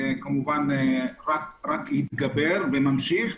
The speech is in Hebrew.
רק התגבר וממשיך.